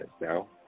now